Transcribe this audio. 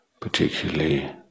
particularly